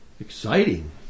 exciting